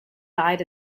died